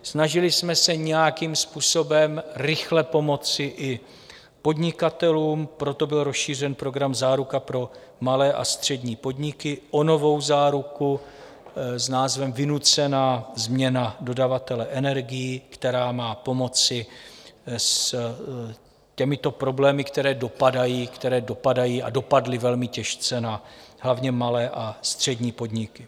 Snažili jsme se nějakým způsobem rychle pomoci i podnikatelům, proto byl rozšířen program Záruka pro malé a střední podniky o novou záruku s názvem Vynucená změna dodavatele energií, která má pomoci s těmito problémy, které dopadají a dopadly velmi těžce na hlavně malé a střední podniky.